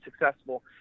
successful